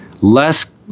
less